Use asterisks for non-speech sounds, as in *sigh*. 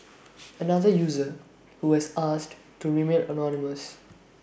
*noise* another user who has asked to remain anonymous